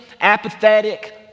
apathetic